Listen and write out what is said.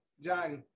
Johnny